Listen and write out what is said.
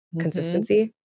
consistency